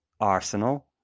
Arsenal